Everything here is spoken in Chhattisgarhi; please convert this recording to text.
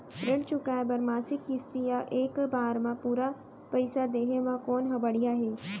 ऋण चुकोय बर मासिक किस्ती या एक बार म पूरा पइसा देहे म कोन ह बढ़िया हे?